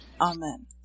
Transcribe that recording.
Amen